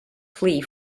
plea